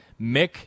Mick